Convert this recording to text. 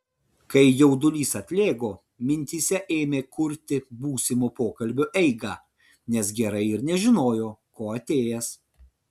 kai jaudulys atlėgo mintyse ėmė kurti būsimo pokalbio eigą nes gerai ir nežinojo ko atėjęs